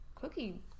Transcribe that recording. cookie